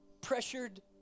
pressured